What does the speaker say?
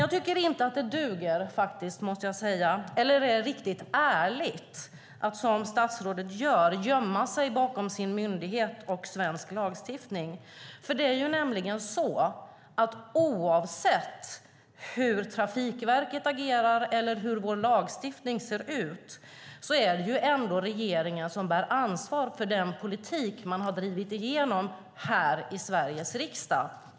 Jag tycker inte att det duger eller är riktigt ärligt att som statsrådet gömma sig bakom sin myndighet och svensk lagstiftning. Oavsett hur Trafikverket agerar eller hur vår lagstiftning ser ut bär regeringen ansvar för den politik som man har drivit igenom i Sveriges riksdag.